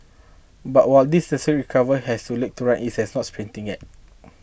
but while this nascent recovery has to legs to run it is not sprinting yet